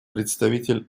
представитель